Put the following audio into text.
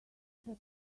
shut